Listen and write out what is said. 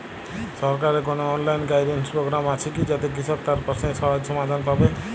সরকারের কোনো online guidance programme আছে কি যাতে কৃষক তার প্রশ্নের সহজ সমাধান পাবে?